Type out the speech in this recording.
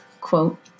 quote